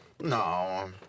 No